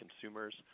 consumers